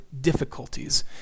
difficulties